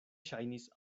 ŝajnis